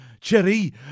Cherry